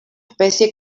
especie